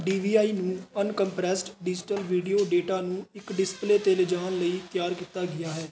D V I ਨੂੰ uncompressed digital video data ਨੂੰ ਇੱਕ ਡਿਸਪਲੇ 'ਤੇ ਲਿਜਾਣ ਲਈ ਤਿਆਰ ਕੀਤਾ ਗਿਆ ਹੈ